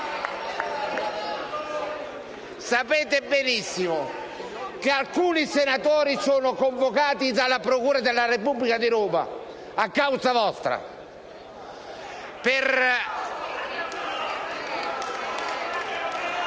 Sapete benissimo che alcuni senatori sono convocati dalla procura della Repubblica di Roma a causa vostra.